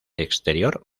exterior